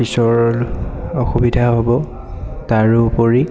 পিছৰ অসুবিধা হ'ব তাৰোপৰি